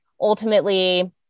ultimately